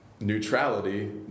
Neutrality